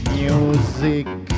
music